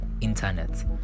internet